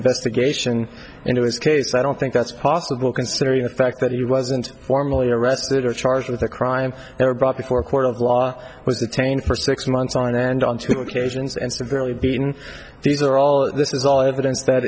investigation into this case i don't think that's possible considering the fact that he wasn't formally arrested or charged with a crime they were brought before a court of law was detained for six months on end on two occasions and severely beaten these are all this is all events that